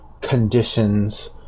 conditions